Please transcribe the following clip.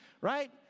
right